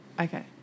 Okay